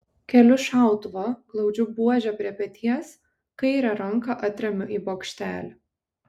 keliu šautuvą glaudžiu buožę prie peties kairę ranką atremiu į bokštelį